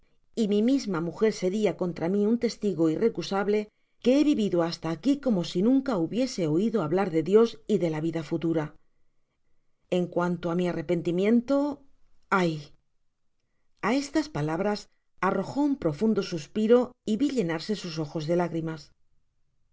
y mi misma mujer seria contra mi un testigo irrecusable que he vivido hasta aqui como si nunca hubiese oido hablar de dios f de la vida futura en cuaoto á mi arrepentimiento af á estas palabras arrojó un profundo suspiro y vi llenarse sus ojos de lágrimas